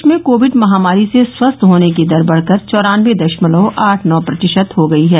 देश में कोविड महामारी से स्वस्थ होने की दर बढकर चौरानबे दशमलव आठ नौ प्रतिशत हो गई है